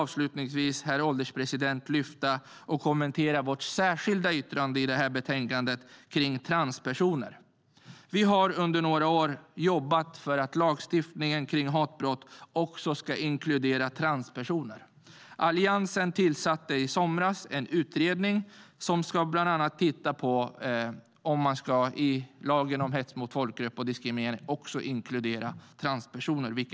Avslutningsvis vill Folkpartiet lyfta fram och kommentera vårt särskilda yttrande i betänkandet om transpersoner. Vi har under några år jobbat för att lagstiftningen kring hatbrott också ska inkludera transpersoner. Alliansen tillsatte i somras en utredning som bland annat ska se över om transpersoner ska inkluderas i lagen om hets mot folkgrupp och diskriminering, vilket inte sker i dag.